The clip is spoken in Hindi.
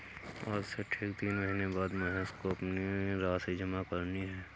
आज से ठीक तीन महीने बाद महेश को अपनी राशि जमा करनी है